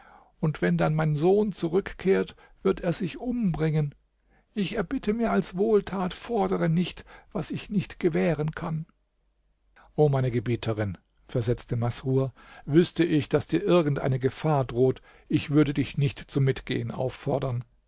und wenn dann mein sohn zurückkehrt wird er sich umbringen ich erbitte mir als wohltat fordere nicht was ich nicht gewähren kann o meine gebieterin versetzte masrur wüßte ich daß dir irgend eine gefahr droht ich würde dich nicht zum mitgehen auffordern